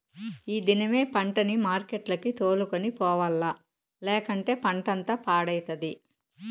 ఈ దినమే పంటని మార్కెట్లకి తోలుకొని పోవాల్ల, లేకంటే పంటంతా పాడైతది